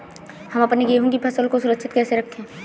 हम अपने गेहूँ की फसल को सुरक्षित कैसे रखें?